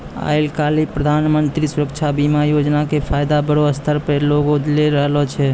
आइ काल्हि प्रधानमन्त्री सुरक्षा बीमा योजना के फायदा बड़ो स्तर पे लोग लै रहलो छै